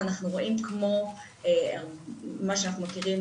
ואנחנו רואים כמו מה שאנחנו מכירים,